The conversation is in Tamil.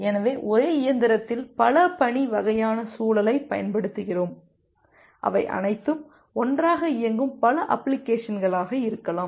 எனவே ஒரே இயந்திரத்தில் பல பணி வகையான சூழலைப் பயன்படுத்துகிறோம் அவை அனைத்தும் ஒன்றாக இயங்கும் பல அப்ளிகேஷன்களாக இருக்கலாம்